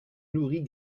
nourris